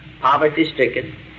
poverty-stricken